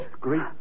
great